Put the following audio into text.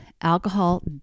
Alcohol